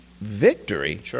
victory